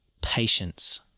patience